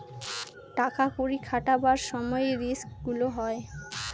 টাকা কড়ি খাটাবার সময় রিস্ক গুলো হয়